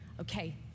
okay